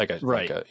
Right